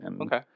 Okay